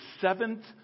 seventh